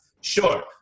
sure